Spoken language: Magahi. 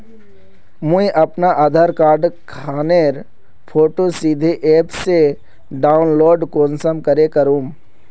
मुई अपना आधार कार्ड खानेर फोटो सीधे ऐप से डाउनलोड कुंसम करे करूम?